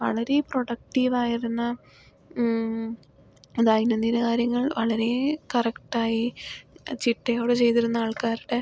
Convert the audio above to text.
വളരെ പ്രൊഡാക്ടീവായിരുന്ന ദൈനംദിന കാര്യങ്ങൾ വളരെ കറക്റ്റായി ചിട്ടയോടെ ചെയ്തിരുന്ന ആൾക്കാരുടെ